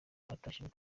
batashye